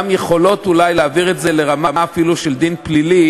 גם יכולות אולי להעביר את זה לרמה אפילו של דין פלילי,